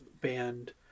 band